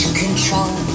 control